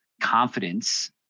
confidence